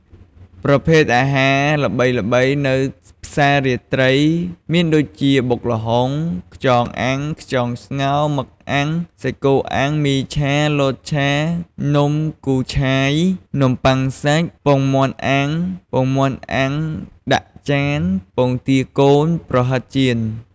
ប្រភេទអាហារល្បីៗនៅផ្សាររាត្រីមានដូចជា បុកល្ហុង ខ្យងអាំង ខ្យងស្ងោរ មឹកអាំង សាច់គោអាំង មីឆា លតឆា នំគូឆាយ នំប៉័ងសាច់ ពងមាន់អាំង ពងមាន់អាំងដាក់ចាន ពងទាកូន ប្រហិតចៀន។